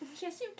Yes